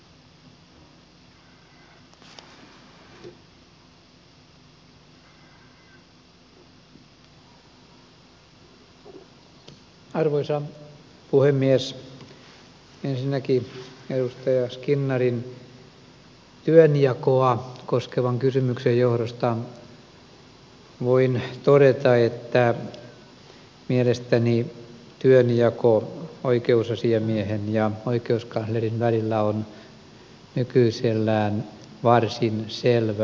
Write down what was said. ensinnäkin edustaja skinnarin työnjakoa koskevan kysymyksen johdosta voin todeta että mielestäni työnjako oikeusasiamiehen ja oikeuskanslerin välillä on nykyisellään varsin selvä